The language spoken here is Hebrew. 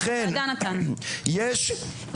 לכן יש,